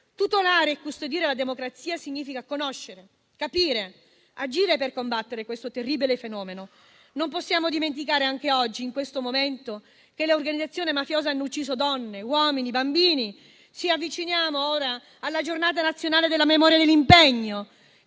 Tutelare e custodire la democrazia significa conoscere, capire e agire per combattere questo terribile fenomeno. Non possiamo dimenticare anche oggi che le organizzazioni mafiose hanno ucciso donne, uomini, bambini. Ci avviciniamo ora alla Giornata nazionale della memoria e dell'impegno